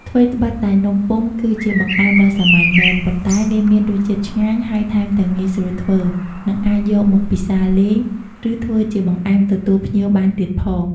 ថ្វីដ្បិតតែនំពុម្ពគឺជាបង្អែមដ៏សាមញ្ញមែន ប៉ុន្តែវាមានរសជាតិឆ្ងាញ់ ហើយថែមទាំងងាយស្រួលធ្វើ និងអាចយកមកពិសាលេង ឬធ្វើជាបង្អែមទទួលភ្ញៀវបានទៀតផង។